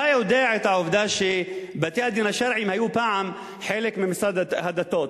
אתה יודע את העובדה שבתי-הדין השרעיים היו פעם חלק ממשרד הדתות.